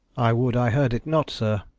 i would i heard it not, sir.